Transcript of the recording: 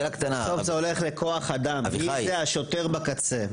אביחי -- בסוף זה הולך לכוח אדם: מי זה השוטר בקצה?